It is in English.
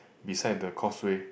beside the causeway